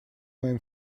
моим